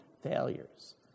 failures